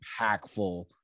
impactful